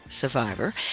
survivor